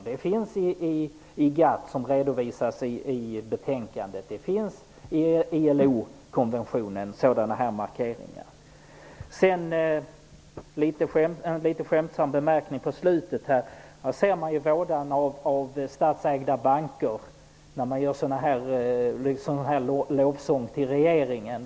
Det finns sådana markeringar i GATT, som redovisas i betänkandet, och det finns också i ILO-konventionen. Sedan en litet skämtsam anmärkning här på slutet. Här ser man vådan av statsägda bankers lovsång till regeringen.